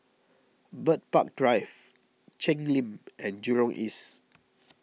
Bird Park Drive Cheng Lim and Jurong East